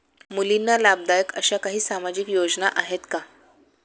मुलींना लाभदायक अशा काही सामाजिक योजना आहेत का?